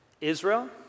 Israel